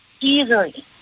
easily